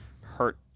hurt